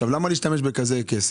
למה להשתמש בכסף כזה?